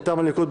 מטעם הליכוד,